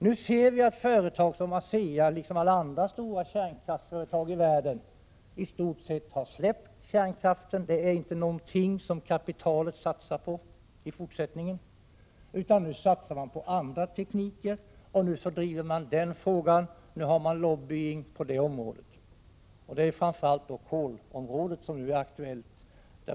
Viseri dag att ASEA, liksom alla andra stora kärnkraftsföretag i världen, i stort sett släppt kärnkraften. Det är inte någonting kapitalet satsar på i fortsättningen. Nu satsar man på andra tekniker och driver andra frågor och bedriver lobbyverksamhet på de nya områdena. Det är framför allt kolområdet som nu är aktuellt.